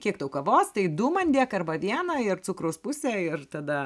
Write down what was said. kiek tau kavos tai du man dėk arba vieną ir cukraus pusę ir tada